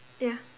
ya